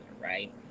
right